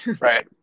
right